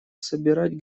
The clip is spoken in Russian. собирать